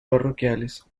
parroquiales